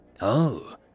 Oh